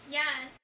yes